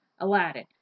Aladdin